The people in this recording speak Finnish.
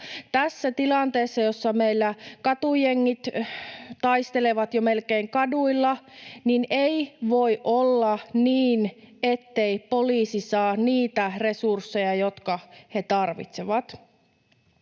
tässä tilanteessa, jossa meillä katujengit taistelevat jo melkein kaduilla, ei voi olla niin, ettei poliisi saa niitä resursseja, jotka he tarvitsevat.